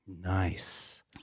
nice